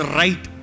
right